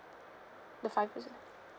the five percent